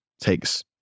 takes